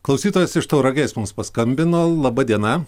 klausytojas iš tauragės mums paskambino laba diena